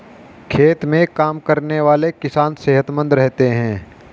खेत में काम करने वाले किसान सेहतमंद रहते हैं